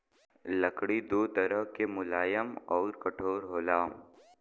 लकड़ी दू तरह के मुलायम आउर कठोर होला